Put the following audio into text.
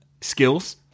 skills